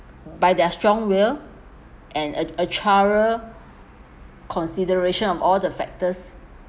by their strong will and uh a thorough consideration of all the factors